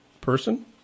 person